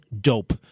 dope